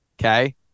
okay